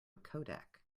codec